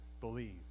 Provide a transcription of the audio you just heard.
believe